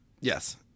Yes